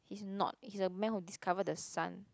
he's not he's a man who discovered the sun